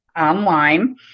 online